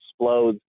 explodes